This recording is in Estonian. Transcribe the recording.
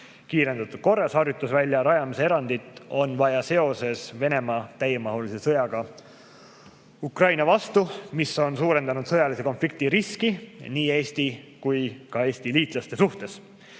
Kiirendatud korras harjutusvälja rajamise erandit on vaja seoses Venemaa täiemahulise sõjaga Ukraina vastu, mis on suurendanud sõjalise konflikti riski nii Eesti kui ka Eesti liitlaste suhtes.